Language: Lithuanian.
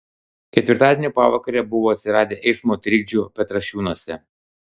ketvirtadienio pavakarę buvo atsiradę eismo trikdžių petrašiūnuose